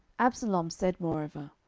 absalom said moreover,